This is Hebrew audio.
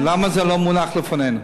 ולמה זה לא מונח לפנינו?